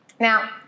Now